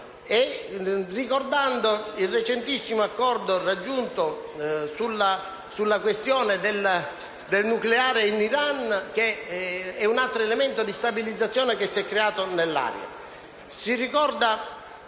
e ricordando il recentissimo accordo raggiunto sulla questione del nucleare in Iran, che è un altro elemento di stabilizzazione che si è creato nell'area.